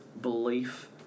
belief